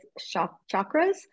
chakras